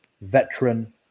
veteran